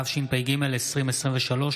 התשפ"ג 2023,